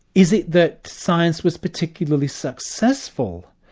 is it that science was particularly successful?